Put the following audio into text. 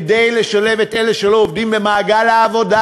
כדי לשלב את אלה שלא עובדים במעגל העבודה.